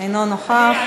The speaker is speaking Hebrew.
אינו נוכח.